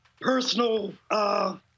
personal